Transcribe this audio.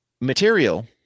Material